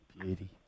Beauty